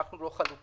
אנחנו לא חלוצים.